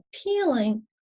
appealing